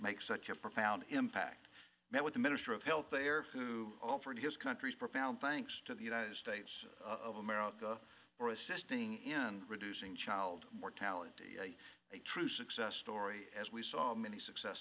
make such a profound impact met with the ministry of health their food offered country's profound thanks to the united states of america for assisting in reducing child mortality a true success story as we saw many success